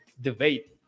debate